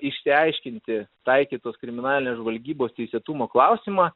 išsiaiškinti taikytos kriminalinės žvalgybos teisėtumo klausimą